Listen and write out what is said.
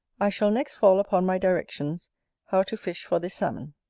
i shall next fall upon my directions how to fish for this salmon.